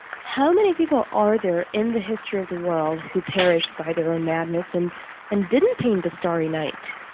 how many people are there, in the history of the world, who perish by their own madness and and didn't paint the starry night?